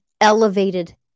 elevated